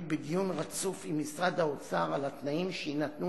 בדיון רצוף עם משרד האוצר על התנאים שיינתנו